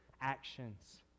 actions